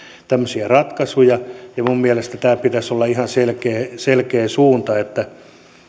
tämmöisiä ratkaisuja ja minun mielestäni tämän pitäisi olla ihan selkeä selkeä suunta että